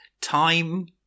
Time